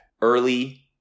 early